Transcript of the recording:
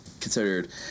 considered